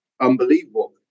unbelievable